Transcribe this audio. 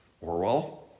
Orwell